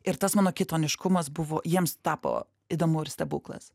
ir tas mano kitoniškumas buvo jiems tapo įdomu ir stebuklas